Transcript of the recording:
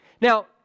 Now